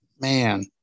Man